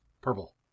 Purple